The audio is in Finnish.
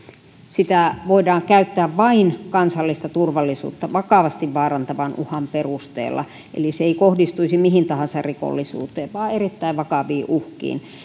sitä voidaan käyttää vain kansallista turvallisuutta vakavasti vaarantavan uhan perusteella eli se ei kohdistuisi mihin tahansa rikollisuuteen vaan erittäin vakaviin uhkiin